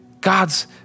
God's